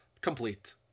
complete